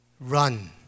Run